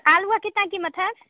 आलू की कितना क़ीमत है